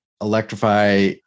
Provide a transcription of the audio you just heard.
electrify